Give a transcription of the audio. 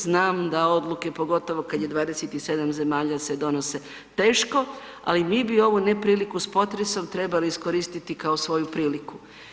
Znam da odluke, pogotovo kad je 27 zemalja se donose teško, ali mi bi ovu nepriliku s potresom trebali iskoristiti kao svoju priliku.